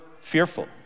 fearful